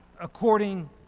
according